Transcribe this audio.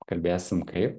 pakalbėsim kaip